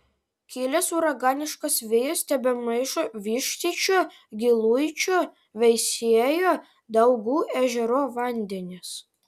kilęs uraganiškas vėjas tebemaišo vištyčio giluičio veisiejo daugų ežero vandenis